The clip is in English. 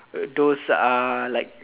those uh like